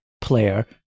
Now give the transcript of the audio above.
player